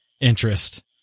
interest